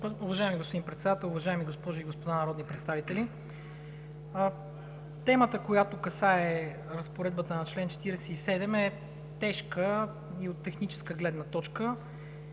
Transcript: Уважаеми господин Председател, уважаеми госпожи и господа народни представители! Темата, която касае разпоредбата на чл. 47, е тежка и от техническа гледна точка,